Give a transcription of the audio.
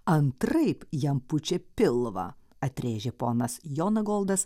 antraip jam pučia pilvą atrėžė ponas jonagoldas